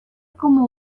como